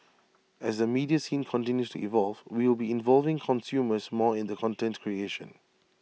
as the media scene continues to evolve we will be involving consumers more in the content creation